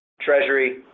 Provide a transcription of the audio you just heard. treasury